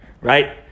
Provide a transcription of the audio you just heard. Right